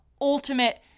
ultimate